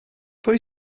pwy